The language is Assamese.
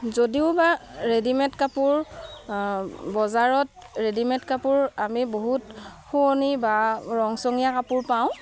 যদিও বা ৰেডিমেড কাপোৰ বজাৰত ৰেডিমেড কাপোৰ আমি বহুত শুৱনি বা ৰংচঙীয়া কাপোৰ পাওঁ